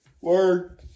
Word